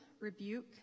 rebuke